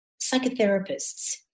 psychotherapists